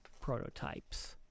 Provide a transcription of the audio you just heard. prototypes